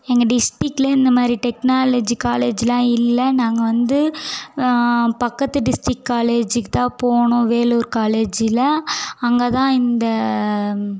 எங்கள் டிஸ்ட்ரிக்குலே இந்தமாதிரி டெக்னாலஜி காலேஜிலாம் இல்லை நாங்கள் வந்து பக்கத்து டிஸ்ட்ரிக் காலேஜுக்கு தான் போகணும் வேலூர் காலேஜில் அங்கே தான் இந்த